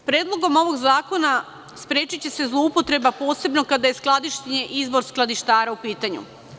Predlogom ovog zakona sprečiće se zloupotreba, posebno kada je skladištenje i izbor skladištara u pitanju.